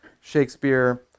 Shakespeare